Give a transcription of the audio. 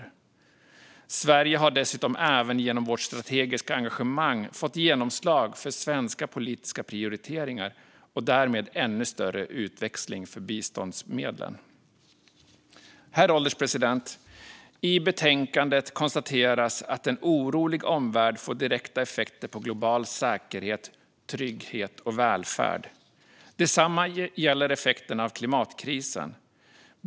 Vi i Sverige har dessutom även genom vårt strategiska engagemang fått genomslag för svenska politiska prioriteringar och därmed ännu större utväxling för biståndsmedlen. Herr ålderspresident! I betänkandet konstateras att en orolig omvärld får direkta effekter på global säkerhet, trygghet och välfärd. Detsamma gäller effekterna av klimatkrisen.